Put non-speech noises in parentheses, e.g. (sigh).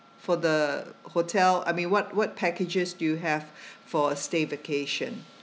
for the hotel I mean what what packages do you have (breath) for a stay vacation